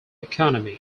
economy